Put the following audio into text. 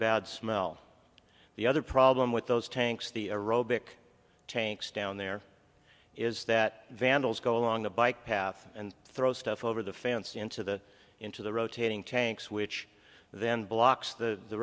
bad smell the other problem with those tanks the a robotic tanks down there is that vandals go along the bike path and throw stuff over the fence into the into the rotating tanks which then blocks the